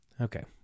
Okay